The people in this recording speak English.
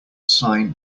sign